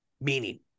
meaning